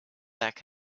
back